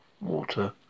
water